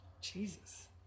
Jesus